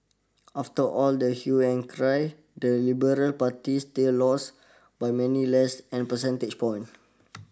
after all the hue and cry the Liberal Party still lost by many less a percentage point